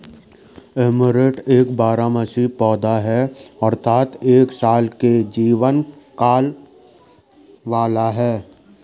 amaranth एक बारहमासी पौधा है अर्थात एक साल के जीवन काल वाला है